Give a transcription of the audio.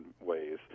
ways